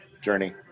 journey